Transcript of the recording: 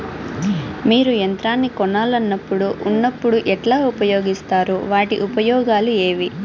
మీరు యంత్రాన్ని కొనాలన్నప్పుడు ఉన్నప్పుడు ఎట్లా ఉపయోగిస్తారు వాటి ఉపయోగాలు ఏవి?